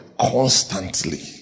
constantly